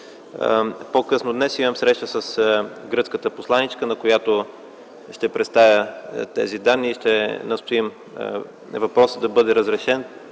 По късно днес ще имам среща с гръцката посланичка, на която ще предоставя тези данни, и ще настояваме въпросът да бъде разрешен